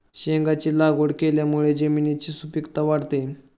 शेंगांची लागवड केल्यामुळे जमिनीची सुपीकता वाढते